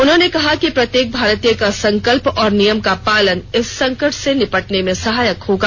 उन्होंने कहा कि प्रत्येक भारतीय का संकल्प और नियम का पालन इस संकट से निपटने में सहायक होगा